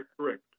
correct